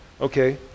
Okay